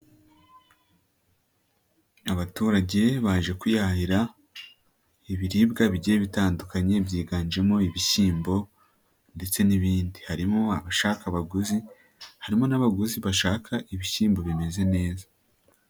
Abaturage baje kuyahirira ibiribwa bigiye bitandukanye byiganjemo ibishyimbo ndetse n'ibindi. Harimo abashaka abaguzi harimo n'abaguzi bashaka ibishyimbo bimeze neza.